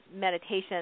meditation